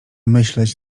myśleć